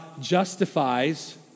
justifies